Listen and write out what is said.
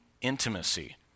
intimacy